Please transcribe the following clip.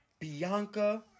Bianca